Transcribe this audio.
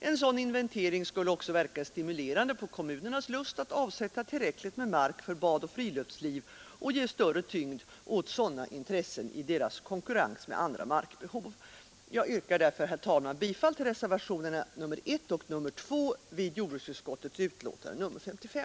En sådan inventering skulle också verka stimulerande på kommunernas lust att avsätta tillräckligt med mark för bad och friluftsliv och ge större tyngd åt sådana intressen i deras konkurrens med andra markbehov. Jag yrkar därför, herr talman, bifall till reservationerna 1 och 2 vid jordbruksutskottets betänkande nr 55.